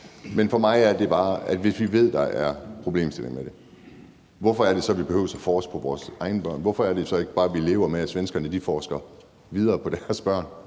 Men for mig er det bare sådan, at hvis vi ved, at der er problemstillinger i det, hvorfor er det så, vi behøver at forske på vores egne børn? Hvorfor er det så ikke bare sådan, at vi lever med, at svenskerne forsker videre på deres børn,